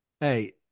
Hey